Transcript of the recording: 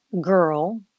girl